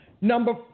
Number